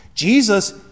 Jesus